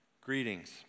Greetings